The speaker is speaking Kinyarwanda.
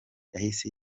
yahise